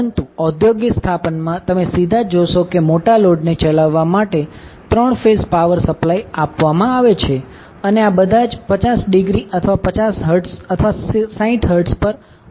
પરંતુ ઔદ્યોગિક સ્થાપનામાં તમે સીધા જ જોશો કે મોટા લોડને ચલાવવા માટે 3 ફેઝ પાવર સપ્લાય આપવામાં આવે છે અને આ બધા જ 50 ડિગ્રી અથવા 50 હર્ટ્ઝ અથવા 60 હર્ટ્ઝ પર ઓપરેટ થશે